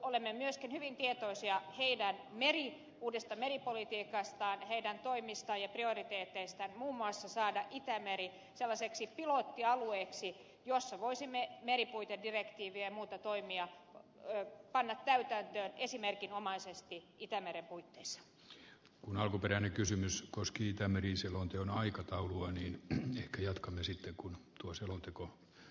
olemme myöskin hyvin tietoisia heidän uudesta meripolitiikastaan ja heidän toimistaan ja prioriteeteistaan jotta muun muassa saataisiin itämeri sellaiseksi pilottialueeksi jossa voisimme meripuitedirektiiviä ja muita toimia panna esimerkinomaisesti itämeren puitteissa kun alkuperäinen kysymys koski itämeri selonteon aikataulua niin että jatkamme sitten kun tuo selonteko